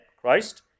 Christ